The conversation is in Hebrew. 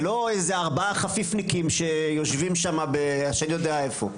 ולא איזה ארבעה חפיפניקים שיושבים שם בהשד יודע איפה.